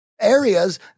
Areas